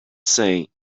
saying